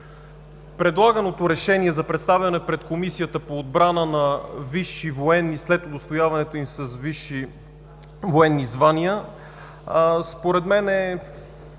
Предлаганото решение за представяне пред Комисията по отбрана на висши военни след удостояването им с висши военни звания според мен е